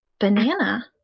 Banana